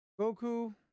Goku